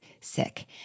sick